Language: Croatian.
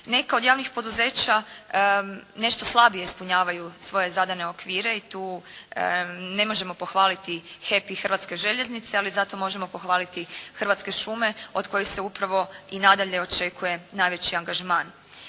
Neka od javnih poduzeća nešto slabije ispunjavaju svoje zadane okvire i tu ne možemo pohvaliti HEP i Hrvatske željeznice, ali zato možemo pohvaliti Hrvatske šume, od kojih se upravo i nadalje očekuje najveći angažman.